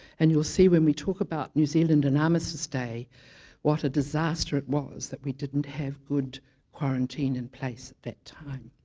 and you'll see when we talk about new zealand and armistice day what a disaster it was that we didn't have good quarantine in place at that time